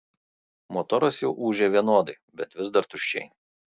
motoras jau ūžė vienodai bet vis dar tuščiai